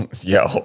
yo